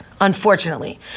unfortunately